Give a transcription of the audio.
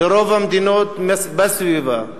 ברוב המדינות בסביבה.